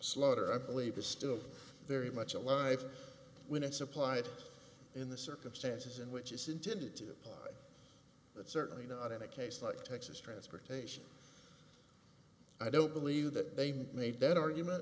slaughter i believe is still very much alive when it's applied in the circumstances in which it's intended to apply but certainly not in a case like texas transportation i don't believe that they made that argument